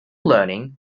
learning